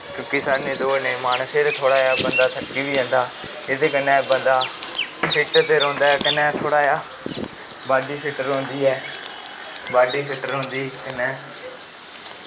खि साढ़ा दौड़नें गी मन फिर बंदा थोह्ड़ा जा थक्की बी जंदा एह्दै कन्नैं बंदा फिट्ट ते रौंह्दा कन्नै थोह्ड़ा जा बंदा बॉड्डी फिट्ट रौंह्दी ऐ बॉड्डी फिट्ट रौंह्दी कन्नै